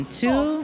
two